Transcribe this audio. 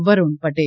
Varun Patel